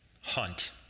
Hunt